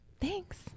Thanks